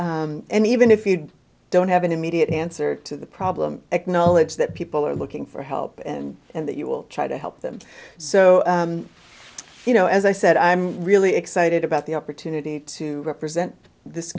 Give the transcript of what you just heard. back and even if you don't have an immediate answer to process the acknowledge that people are looking for help and and that you will try to help them so you know as i said i'm really excited about the opportunity to represent this